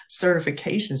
certifications